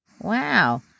wow